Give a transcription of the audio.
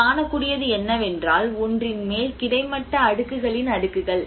நாம் காணக்கூடியது என்னவென்றால் ஒன்றின் மேல் கிடைமட்ட அடுக்குகளின் அடுக்குகள்